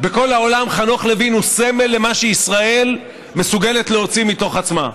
בכל העולם חנוך לוין הוא סמל למה שישראל מסוגלת להוציא מתוך עצמה.